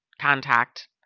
contact